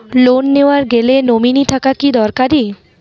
Loan নেওয়ার গেলে nominee থাকা কি দরকারী?